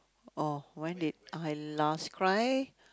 oh when did I last cry